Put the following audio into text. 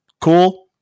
cool